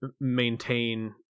maintain